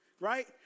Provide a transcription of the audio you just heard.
Right